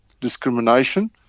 discrimination